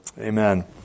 Amen